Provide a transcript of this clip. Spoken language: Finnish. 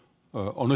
oli